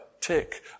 Tick